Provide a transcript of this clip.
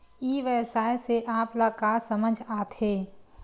ई व्यवसाय से आप ल का समझ आथे?